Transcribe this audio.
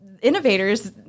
innovators